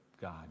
God